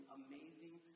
amazing